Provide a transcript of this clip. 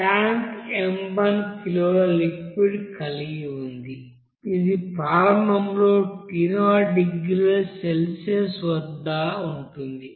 tank m1 కిలోల liquid కలిగి ఉంది ఇది ప్రారంభంలో T0 డిగ్రీ సెల్సియస్ వద్ద ఉంటుంది